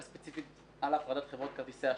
ספציפית על הפרדת חברות כרטיסי האשראי.